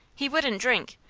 he wouldn't drink.